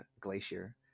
glacier